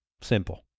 simple